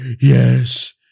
yes